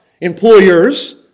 employers